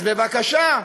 אז בבקשה,